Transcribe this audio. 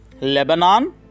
Lebanon